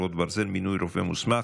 חרבות ברזל) (מינוי רופא מוסמך),